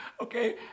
Okay